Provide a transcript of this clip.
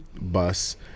bus